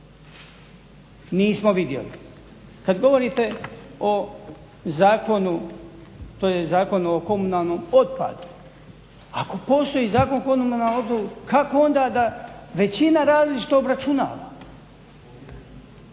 Nismo vidjeli. Kad govorite o Zakonu to je Zakon o komunalnom otpadu, ako postoji Zakon o komunalnom otpadu kako onda da većina različito obračunava?